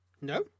No